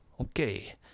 Okay